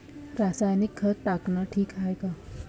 रासायनिक खत टाकनं ठीक हाये का?